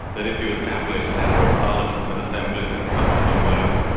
that if you establish separate parliaments and assemblies in scotland and wales,